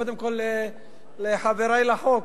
קודם כול לחברי לחוק,